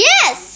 Yes